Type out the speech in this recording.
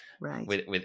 right